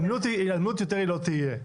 על מיוט יותר היא לא תהיה.